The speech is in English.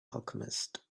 alchemist